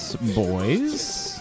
boys